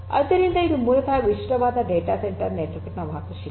ಆದ್ದರಿಂದ ಇದು ಮೂಲತಃ ವಿಶಿಷ್ಟವಾದ ಡೇಟಾ ಸೆಂಟರ್ ನೆಟ್ವರ್ಕ್ ನ ವಾಸ್ತುಶಿಲ್ಪ